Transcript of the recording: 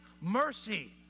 mercy